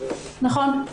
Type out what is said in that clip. נכון.